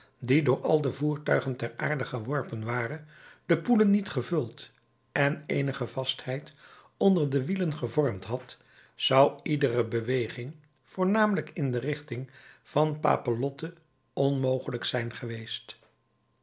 die door al de voertuigen ter aarde geworpen waren de poelen niet gevuld en eenige vastheid onder de wielen gevormd had zou iedere beweging voornamelijk in de richting van papelotte onmogelijk zijn geweest